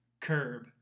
Curb